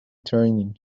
training